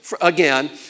again